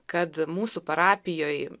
kad mūsų parapijoj